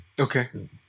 Okay